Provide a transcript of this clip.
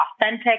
authentic